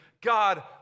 God